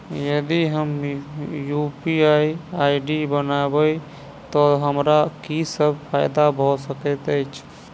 यदि हम UPI ID बनाबै तऽ हमरा की सब फायदा भऽ सकैत अछि?